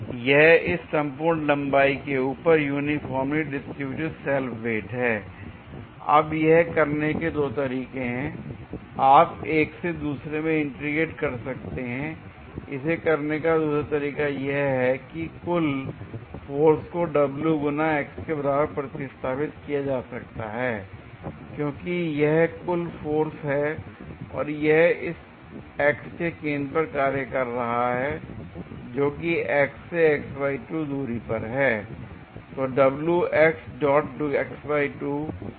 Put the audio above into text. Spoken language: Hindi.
यह इस संपूर्ण लंबाई के ऊपर यूनीफामर्ली डिस्ट्रिब्यूटेड सेल्फ वेट है l अब यह करने के दो तरीके हैं आप एक से दूसरे में इंट्रीगेट कर सकते हैंl इसे करने का दूसरा तरीका यह है कि कुल फोर्स को w गुना x के बराबर प्रतिस्थापित किया जा सकता है क्योंकि यह कुल फोर्स है और यह इस x के केंद्र पर कार्य कर रहा है जो इस x से दूरी पर है